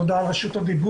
תודה על רשות הדיבור,